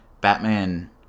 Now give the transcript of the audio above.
Batman